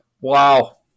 Wow